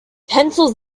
pencils